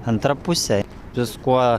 antra pusė viskuo